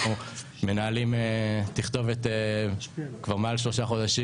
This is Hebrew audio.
אנחנו מנהלים תכתובת כבר מעל שלושה חודשים